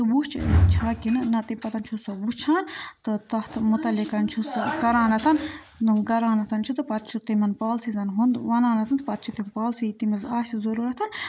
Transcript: تہٕ وُچھ چھَ کہِ نہٕ نَہ تمہِ پَتَن چھُ سُہ وُچھان تہٕ تَتھ مُتعلِقَن چھُ سُہ کَرانتَن کَرانتَن چھِ تہٕ پَتہٕ چھُ تِمَن پالسیٖزَن ہُنٛد وَنانتٕھن پَتہٕ چھِ تِم پالسی تٔمِس آسہِ ضٔروٗرتھٕن